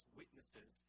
witnesses